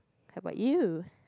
how about you